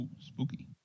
Spooky